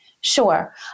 Sure